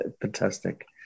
fantastic